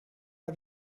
her